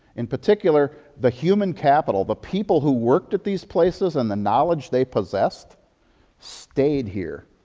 in particular, the human capital. the people who worked at these places and the knowledge they possessed stayed here.